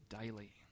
daily